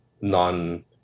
non